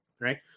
right